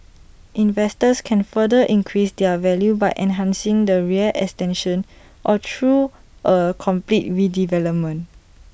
investors can further increase their value by enhancing the rear extension or through A complete redevelopment